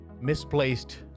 misplaced